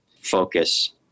focus